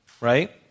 right